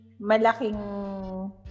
malaking